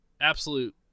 absolute